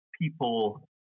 people